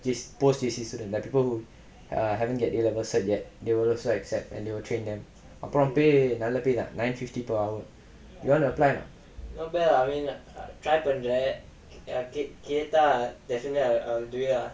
J post J_C students people who err haven't get A level cert yet they will also accept they will train them அப்றம்:apram pay நல்ல:nalla pay lah nine fifty per hour you wanna apply